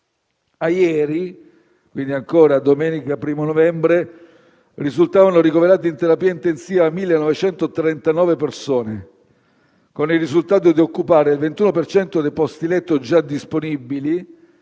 A ieri, domenica 1° novembre, risultavano ricoverati in terapia intensiva 1.939 persone, con il risultato di occupare il 21 per cento dei posti letto già disponibili,